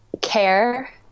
Care